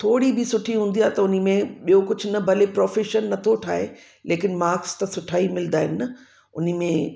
थोरी बि सुठी हूंदी आहे त उन में ॿियो कुझ न भले प्रोफेशन नथो ठाहे लेकिन मार्क्स त सुठा ई मिलंदा आहिनि न उन में